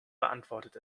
beantwortet